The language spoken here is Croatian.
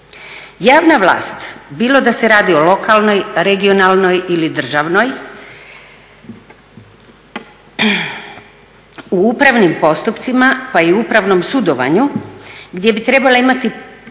Javna vlast bilo da se radi o lokalnoj, regionalnoj ili državnoj u upravnim postupcima, pa i u upravnom sudovanju gdje bi trebala imati potpuno